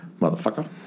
Motherfucker